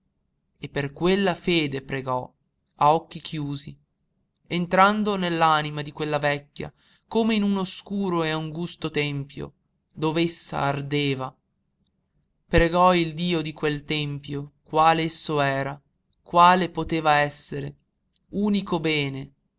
e per quella fede pregò a occhi chiusi entrando nell'anima di quella vecchia come in un oscuro e angusto tempio dov'essa ardeva pregò il dio di quel tempio qual esso era quale poteva essere unico bene